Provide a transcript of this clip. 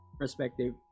perspective